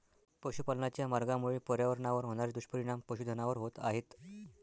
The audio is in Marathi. पशुपालनाच्या मार्गामुळे पर्यावरणावर होणारे दुष्परिणाम पशुधनावर होत आहेत